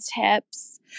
tips